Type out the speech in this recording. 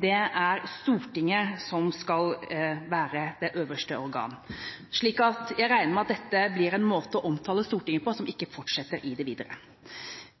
det er Stortinget som skal være det øverste organ. Jeg regner med at dette er en måte å omtale Stortinget på som ikke vil fortsette videre.